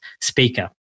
speaker